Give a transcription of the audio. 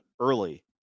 early